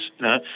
no